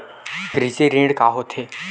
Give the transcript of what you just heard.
कृषि ऋण का होथे?